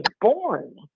born